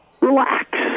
relax